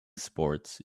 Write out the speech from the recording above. sports